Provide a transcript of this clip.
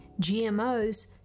GMOs